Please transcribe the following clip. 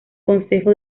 concejo